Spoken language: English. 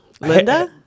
Linda